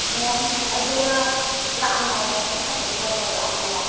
ꯎꯝ ꯑꯗꯨꯒ ꯂꯥꯛꯑꯝꯗꯥꯏꯗ ꯑꯩꯉꯣꯟꯗ ꯍꯥꯏꯐꯦꯠ ꯀꯣꯜ ꯇꯧꯔꯛꯑꯝꯃꯣ